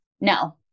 No